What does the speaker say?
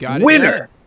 Winner